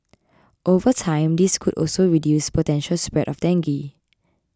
over time this could also reduce the potential spread of dengue